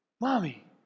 Mommy